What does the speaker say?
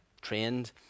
trained